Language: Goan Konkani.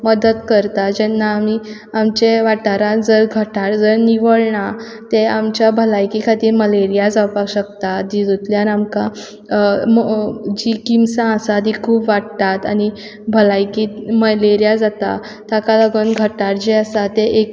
मदत करता जेन्ना आमी आमचे वाठारांत जर गटार जर निवळ ना तें आमच्या भलायके खातीर मलेरिया जावपाक शकता जितूंतल्यान आमकां जीं किमसां आसा तीं खूब वाडटात आनी भलायकी मलेरिया जाता ताका लागून गटार जें आसा ते